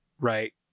right